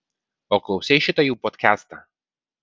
o klausei šitą jų podkastą